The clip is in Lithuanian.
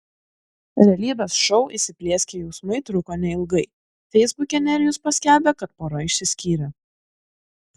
realybės šou įsiplieskę jausmai truko neilgai feisbuke nerijus paskelbė kad pora išsiskyrė